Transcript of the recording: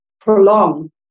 prolong